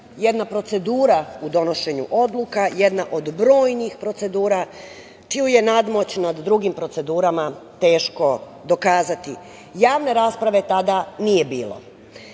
jedna procedura u donošenju odluka, jedna od brojnih procedura čiju je nadmoć nad drugim procedurama teško dokazati. Javne rasprave tada nije bilo.